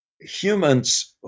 humans